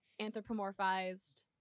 Anthropomorphized